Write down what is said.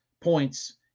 points